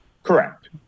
Correct